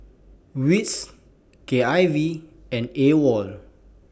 W I T S K I V and AWOL